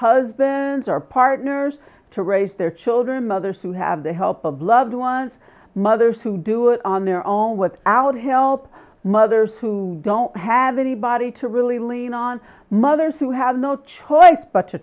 husbands our partners to raise their children mothers who have the help of loved ones mothers who do it on their own without help mothers who don't have anybody to really lean on mothers who have no choice but to